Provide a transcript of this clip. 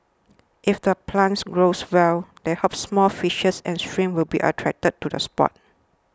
if the plants grows well they hope small fishes and shrimps will be attracted to the spot